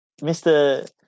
Mr